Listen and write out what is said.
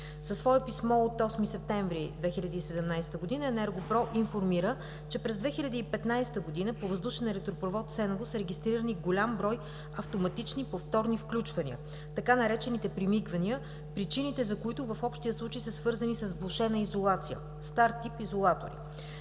Със свое писмо от 8 септември 2017 г. „ЕНЕРГО-ПРО“, информира, че през 2015 г. по въздушен електропровод Сеново са регистрирани голям брой автоматични повторни включвания, така наречените „примигвания“, причините за които в общия случай са свързани с влошена изолация – стар тип изолатори,